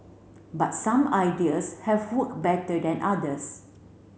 but some ideas have work better than others